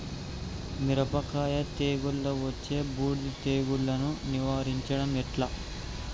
మిరపకాయ తెగుళ్లలో వచ్చే బూడిది తెగుళ్లను నివారించడం ఎట్లా?